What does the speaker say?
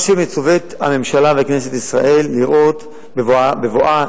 מה שמצוות הממשלה וכנסת ישראל לראות בבואן